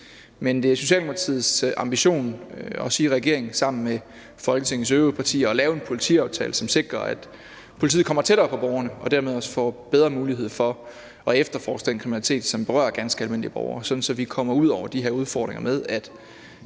men det er Socialdemokratiets og regeringens ambition sammen med Folketingets øvrige partier at lave en politiaftale, som sikrer, at politiet kommer tættere på borgerne og dermed får bedre mulighed for at efterforske den kriminalitet, som berører ganske almindelige borgere, sådan at vi kommer ud over de her udfordringer med, at